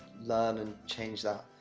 learn and change that.